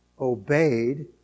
obeyed